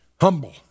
Humble